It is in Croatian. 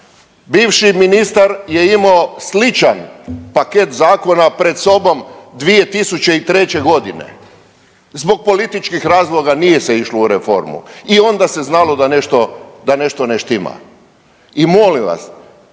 Bivši ministar je imao sličan paket zakona pred sobom 2003. g. Zbog političkih razloga nije se išlo u reformu i onda se znalo da nešto, da nešto ne štima i molim vas,